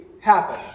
happen